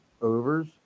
overs